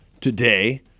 today